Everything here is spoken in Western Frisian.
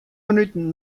minuten